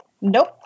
Nope